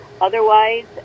Otherwise